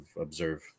observe